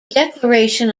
declaration